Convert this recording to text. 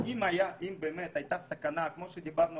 אנחנו רואים